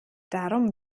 darum